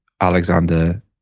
Alexander